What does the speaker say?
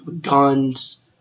guns